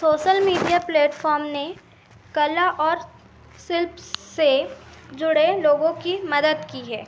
social media platform ने कला और शिल्प से जुड़े लोगों की मदद की है